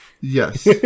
Yes